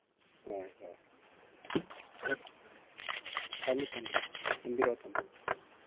ꯍꯣꯏ ꯍꯣꯏ ꯐꯅꯤ ꯐꯅꯤ ꯊꯝꯕꯤꯔꯣ ꯊꯝꯕꯤꯔꯣ